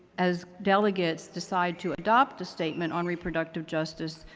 as delegates, decide to adopt a statement on reproductive justice,